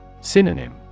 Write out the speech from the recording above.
Synonym